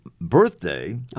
birthday